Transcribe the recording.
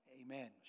Amen